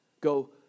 Go